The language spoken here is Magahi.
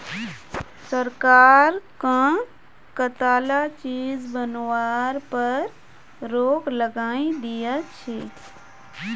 सरकार कं कताला चीज बनावार पर रोक लगइं दिया छे